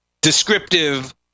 descriptive